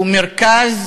שהוא מרכז